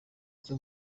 icyo